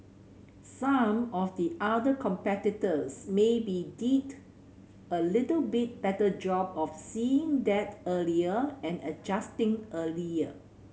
some of the other competitors maybe did a little bit better job of seeing that earlier and adjusting earlier